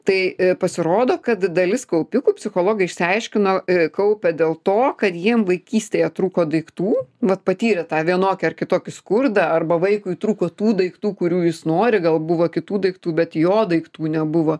tai pasirodo kad dalis kaupikų psichologai išsiaiškino kaupia dėl to kad jiem vaikystėje trūko daiktų vat patyrė tą vienokį ar kitokį skurdą arba vaikui trūko tų daiktų kurių jis nori gal buvo kitų daiktų bet jo daiktų nebuvo